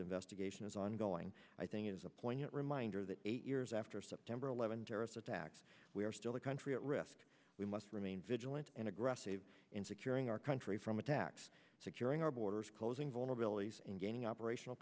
investigation is ongoing i think is a poignant reminder that eight years after september eleventh terrorist attacks we are still a country at risk we must remain vigilant and aggressive in securing our country from attacks securing our borders closing vulnerabilities and gaining operational